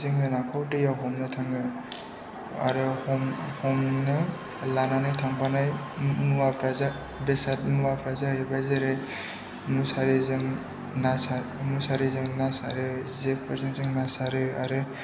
जोङो नाखौ दैयाव हमनो थाङो आरो हमनो लानानै थांफानाय बेसाद मुवाफोरा जाहैबाय जेरै मुसारिजों ना मुसारिजों ना सारो जेफोरजों जों ना सारो आरो